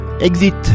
Exit